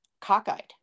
cockeyed